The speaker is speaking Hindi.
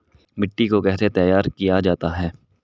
मिट्टी को कैसे तैयार किया जाता है?